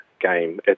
game